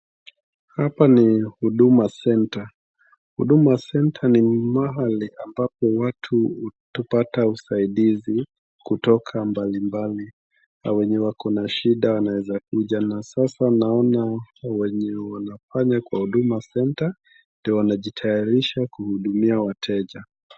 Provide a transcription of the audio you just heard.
Hapa ni Huduma center , Huduma center ni mahali ambapo watu hupata usaidizi kutoka mbalimbali na wenye wako na shida wanaeza kuja, na sasa naona wenye wanafanya kwa Huduma Center ndio wanajitayarisha kuhudumia wateja.